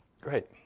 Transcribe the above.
Great